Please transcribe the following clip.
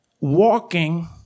walking